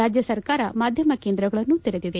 ರಾಜ್ಯ ಸರ್ಕಾರ ಮಾಧ್ಯಮ ಕೇಂದ್ರಗಳನ್ನು ತೆರೆದಿದೆ